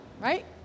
right